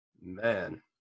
man